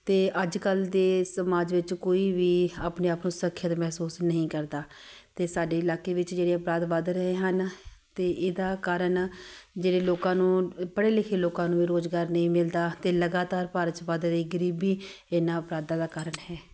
ਅਤੇ ਅੱਜ ਕੱਲ੍ਹ ਦੇ ਸਮਾਜ ਵਿੱਚ ਕੋਈ ਵੀ ਆਪਣੇ ਆਪ ਨੂੰ ਸੁਰੱਖਿਅਤ ਮਹਿਸੂਸ ਨਹੀਂ ਕਰਦਾ ਅਤੇ ਸਾਡੇ ਇਲਾਕੇ ਵਿੱਚ ਜਿਹੜੇ ਅਪਰਾਧ ਵੱਧ ਰਹੇ ਹਨ ਅਤੇ ਇਹਦਾ ਕਾਰਣ ਜਿਹੜੇ ਲੋਕਾਂ ਨੂੰ ਪੜ੍ਹੇ ਲਿਖੇ ਲੋਕਾਂ ਨੂੰ ਰੋਜ਼ਗਾਰ ਨਹੀਂ ਮਿਲਦਾ ਅਤੇ ਲਗਾਤਾਰ ਭਾਰਤ 'ਚ ਵੱਧ ਰਹੀ ਗਰੀਬੀ ਇਹਨਾਂ ਅਪਰਾਧਾ ਦਾ ਕਾਰਣ ਹੈ